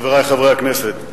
חברי חברי הכנסת,